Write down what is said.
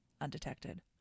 undetected